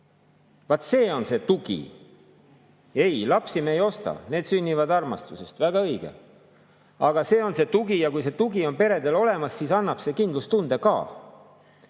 Vaat, see on see tugi. Ei, lapsi me ei osta, need sünnivad armastusest – väga õige. Aga see on see tugi ja kui see tugi on peredel olemas, siis annab see kindlustunde ka.